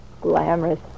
Glamorous